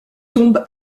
tombe